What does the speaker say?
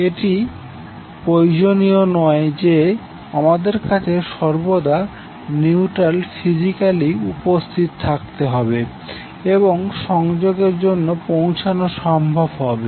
এটি প্রয়োজনীয় নয় যে আমাদের কাছে সর্বদা নিউট্রাল ফিজিক্যালি উপস্থিত থাকতে হবে এবং সংযোগের জন্য পৌঁছানো সম্ভব হবে